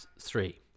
three